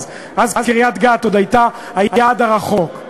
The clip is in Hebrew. אז קריית-גת עוד הייתה היעד הרחוק,